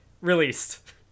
released